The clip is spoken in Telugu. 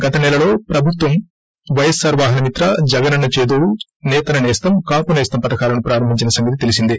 గత నెలలో ప్రభుత్వం వైఎస్పార్ వాహన మిత్ర జగనన్న చేదోడు నేతన్న నేస్తం కాపు నేస్తం పథకాలను ప్రారంభించిన సంగతి తెలీసిందే